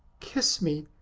kiss me,